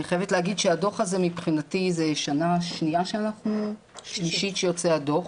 אני חייבת להגיד שהדו"ח הזה מבחינתי זו שנה שלישית שיוצא הדו"ח.